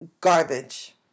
garbage